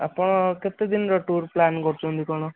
ଆପଣ କେତେ ଦିନର ଟୁର୍ ପ୍ଲାନ୍ କରୁଛନ୍ତି କ'ଣ